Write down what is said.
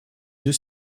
deux